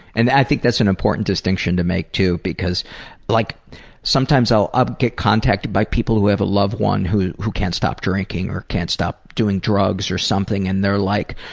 and i think that's an important distinction to make too. because like sometimes i'll i'll get contacted by people who have a loved one who who can't stop drinking or can't stop doing drugs or something. and they're like,